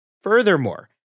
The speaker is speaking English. Furthermore